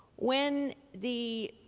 when the